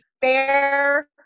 fair